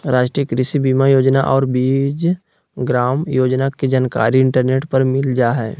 राष्ट्रीय कृषि बीमा योजना और बीज ग्राम योजना के जानकारी इंटरनेट पर मिल जा हइ